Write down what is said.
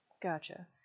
Gotcha